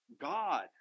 God